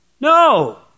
No